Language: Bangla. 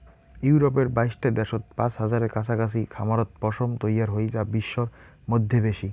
ইউরপের বাইশটা দ্যাশত পাঁচ হাজারের কাছাকাছি খামারত পশম তৈয়ার হই যা বিশ্বর মইধ্যে বেশি